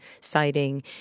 citing